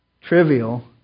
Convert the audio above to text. trivial